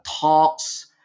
talks